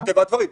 מטבע הדברים.